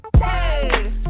hey